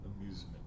Amusement